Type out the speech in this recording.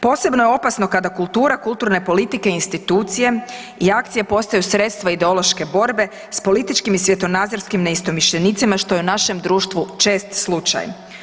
Posebno je opasno kada kultura kulturne politike institucije i akcije postaju sredstva ideološke borbe s političkim i svjetonazorskim neistomišljenicima što je u našem društvu čest slučaj.